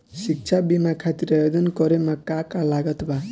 शिक्षा बीमा खातिर आवेदन करे म का का लागत बा?